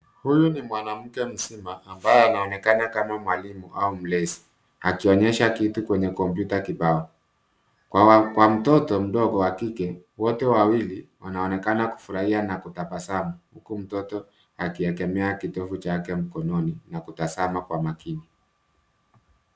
Huyu ni mwanamke mzima ambaye anaonekana kama mwalimu au mlezi akionyesha kitu kwenye kompyuta kibao. Kwa mtoto mdogo wa kike wote wawili wanaonekana kufurahia na kutabasamu huku mtoto akiegemea kitovu chake mkononi na kutazama kwa makini.